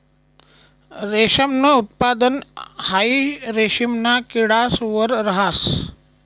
रेशमनं उत्पादन हाई रेशिमना किडास वर रहास